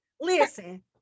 listen